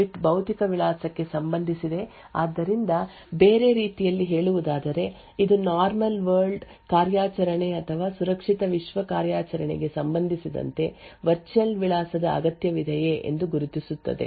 N S bit ಭೌತಿಕ ವಿಳಾಸಕ್ಕೆ ಸಂಬಂಧಿಸಿದೆ ಆದ್ದರಿಂದ ಬೇರೆ ರೀತಿಯಲ್ಲಿ ಹೇಳುವುದಾದರೆ ಇದು ನಾರ್ಮಲ್ ವರ್ಲ್ಡ್ ಕಾರ್ಯಾಚರಣೆ ಅಥವಾ ಸುರಕ್ಷಿತ ವಿಶ್ವ ಕಾರ್ಯಾಚರಣೆಗೆ ಸಂಬಂಧಿಸಿದಂತೆ ವರ್ಚುಯಲ್ ವಿಳಾಸದ ಅಗತ್ಯವಿದೆಯೇ ಎಂದು ಗುರುತಿಸುತ್ತದೆ